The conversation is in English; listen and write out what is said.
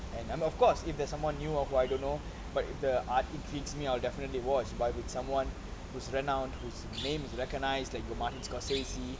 and I'm of course if there's someone new or who I don't know but the art intrigues me I'll definitely watch but with someone who's renowned whose names you recognise like you got err martin scorsese